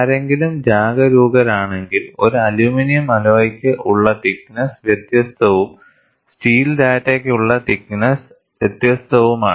ആരെങ്കിലും ജാഗരൂകരാണെങ്കിൽ ഒരു അലുമിനിയം അലോയിക്ക് ഉള്ള തിക്ക് നെസ്സ് വ്യത്യസ്തവുംസ്റ്റീൽ ഡാറ്റയ്ക്ക് ഉള്ള തിക്ക് നെസ്സ് വ്യത്യസ്തവുമാണ്